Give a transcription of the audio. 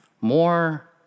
more